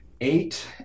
eight